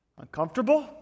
uncomfortable